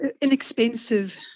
inexpensive